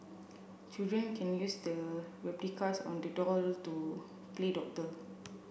children can use the replicas on the doll to play doctor